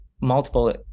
multiple